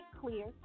clear